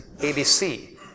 ABC